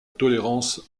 tolérance